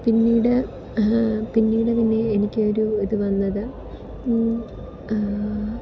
പിന്നീട് പിന്നീട് പിന്നെ എനിക്കൊരു ഇത് വന്നത്